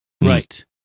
Right